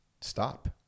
Stop